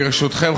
ברשותכם,